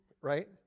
Right